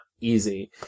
easy